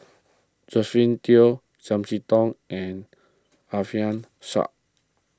Josephine Teo Chiam See Tong and Alfian Sa'At